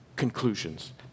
conclusions